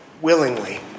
willingly